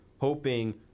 hoping